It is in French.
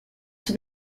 tout